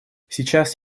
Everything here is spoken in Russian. сейчас